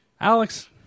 Alex